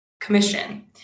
commission